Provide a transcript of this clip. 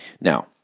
Now